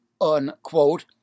unquote